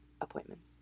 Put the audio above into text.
appointments